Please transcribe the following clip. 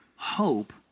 Hope